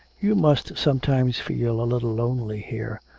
you must sometimes feel a little lonely here.